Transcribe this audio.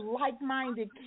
like-minded